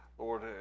Lord